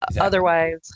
otherwise